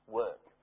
work